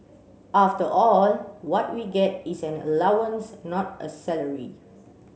after all what we get is an allowance not a salary